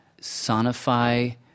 sonify